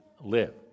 live